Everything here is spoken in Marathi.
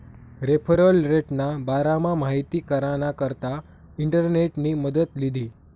रेफरल रेटना बारामा माहिती कराना करता इंटरनेटनी मदत लीधी